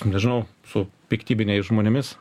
nežinau su piktybiniais žmonėmis